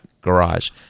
garage